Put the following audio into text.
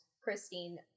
Christine